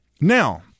Now